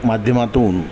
माध्यमातून